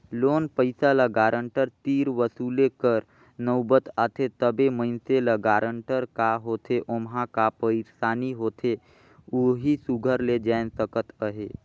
loan पइसा ल guarantor तीर वसूले कर नउबत आथे तबे मइनसे ल गारंटर का होथे ओम्हां का पइरसानी होथे ओही सुग्घर ले जाएन सकत अहे